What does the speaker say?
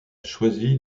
choisi